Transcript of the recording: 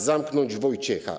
Zamknąć Wojciecha!